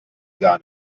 gar